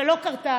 שלא קרתה.